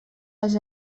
les